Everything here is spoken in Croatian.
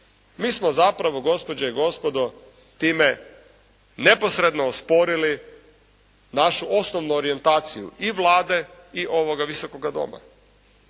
mi smo zapravo gospođe i gospodo time neposredno osporili našu osnovnu orijentaciju i Vlade i ovoga Visokoga doma.